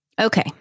Okay